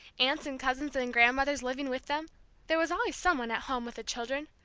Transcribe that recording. aunts and cousins and grandmothers living with them there was always some one at home with the children.